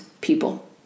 people